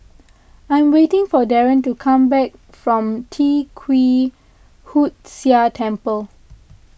I am waiting for Daren to come back from Tee Kwee Hood Sia Temple